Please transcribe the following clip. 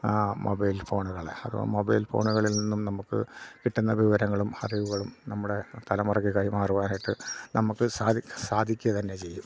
mobile ഫോണുകളെ അത് mobile ഫോണുകളിൽ നിന്നും നമുക്ക് കിട്ടുന്ന വിവരങ്ങളും അറിവുകളും നമ്മുടെ തലമുറയ്ക്ക് കൈമാറുവാനായിട്ട് നമുക്ക് സാധിക്കുക തന്നെ ചെയ്യും